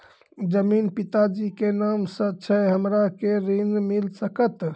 जमीन पिता जी के नाम से छै हमरा के ऋण मिल सकत?